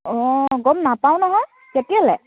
অ' গম নাপাওঁ নহয় কেতিয়ালে